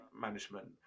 Management